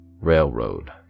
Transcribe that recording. railroad